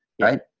Right